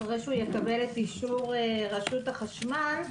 אחרי שהוא יקבל את אישור רשות החשמל,